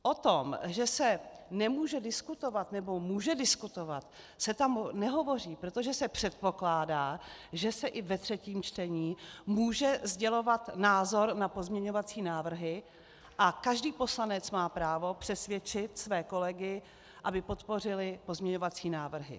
O tom, že se nemůže diskutovat nebo může diskutovat, se tam nehovoří, protože se předpokládá, že se i ve třetím čtení může sdělovat názor na pozměňovací návrhy, a každý poslanec má právo přesvědčit své kolegy, aby podpořili pozměňovací návrhy.